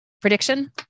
prediction